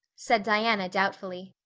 said diana doubtfully.